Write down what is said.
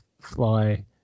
fly